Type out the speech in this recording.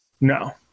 no